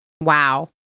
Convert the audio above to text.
Wow